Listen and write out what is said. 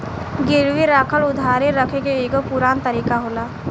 गिरवी राखल उधारी रखे के एगो पुरान तरीका होला